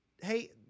Hey